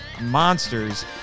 monsters